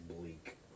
bleak